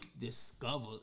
discovered